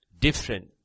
different